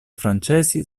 francesi